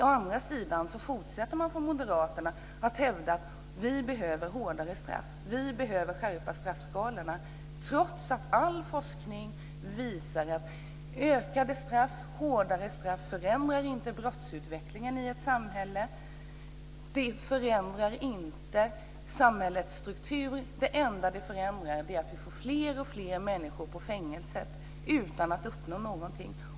Å andra sidan fortsätter moderaterna att hävda att vi behöver hårdare straff och att vi behöver skärpa straffskalorna, trots att all forskning visar att längre och hårdare straff inte förändrar brottsutvecklingen i ett samhälle och att det inte förändrar samhällets struktur. Det enda som sker är att vi får fler och fler människor i fängelse utan att uppnå någonting.